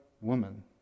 woman